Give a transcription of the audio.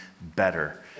better